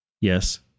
yes